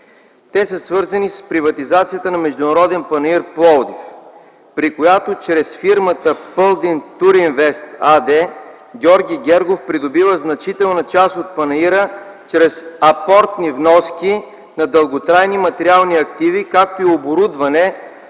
Те са свързани с приватизацията на Международен панаир – Пловдив, при която чрез фирмата „Пълдин туринвест” АД, Георги Гергов придобива значителна част от панаира чрез апортни вноски на дълготрайни материални активи, както и оборудване